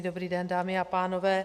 Dobrý den, dámy a pánové.